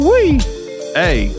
Hey